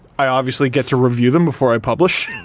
i obviously get to review them before i publish